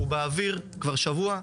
הוא באוויר כבר שבוע,